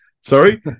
Sorry